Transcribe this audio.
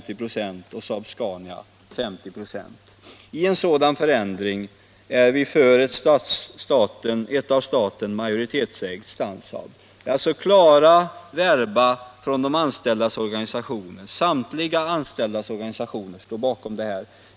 I en sådan förändring är vi för ett av staten majoritetsägt Stansaab.” Det är alltså klara verba från samtliga anställdas organisationer.